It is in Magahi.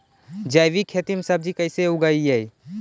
जैविक खेती में सब्जी कैसे उगइअई?